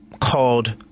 called